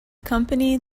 company